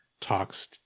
talks